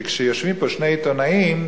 שכשיושבים פה שני עיתונאים,